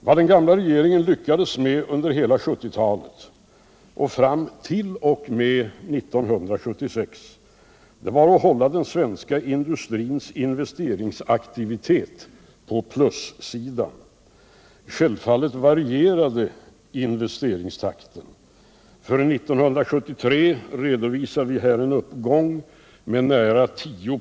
Vad den gamla regeringen lyckades med under hela 1970-talet fram t.o.m. 1976 var att hålla den svenska industrins investeringsaktivitet på plussidan. Självfallet varierade investeringstakten. För 1973 redovisas en uppgång med nära 10 26.